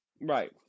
Right